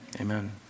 Amen